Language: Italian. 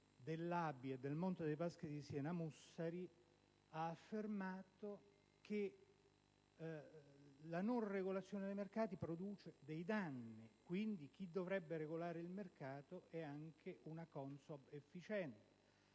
dell'ABI e del Monte dei Paschi di Siena Mussari ha affermato che la non regolazione dei mercati produce dei danni. Quindi, chi dovrebbe regolare il mercato è anche una CONSOB efficiente.